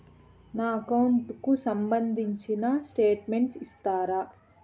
నా అకౌంట్ కు సంబంధించిన స్టేట్మెంట్స్ ఇస్తారా